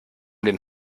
den